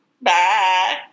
Bye